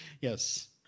Yes